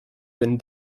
been